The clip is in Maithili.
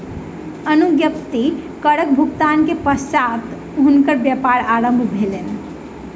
अनुज्ञप्ति करक भुगतान के पश्चात हुनकर व्यापार आरम्भ भेलैन